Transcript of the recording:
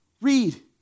Read